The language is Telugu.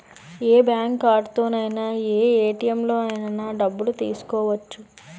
ఏ బ్యాంక్ కార్డుతోనైన ఏ ఏ.టి.ఎం లోనైన డబ్బులు తీసుకోవచ్చు